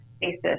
basis